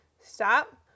stop